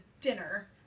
dinner